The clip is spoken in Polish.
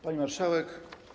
Pani Marszałek!